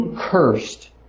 cursed